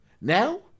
now